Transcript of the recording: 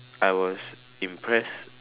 I was impressed